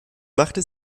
machte